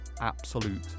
absolute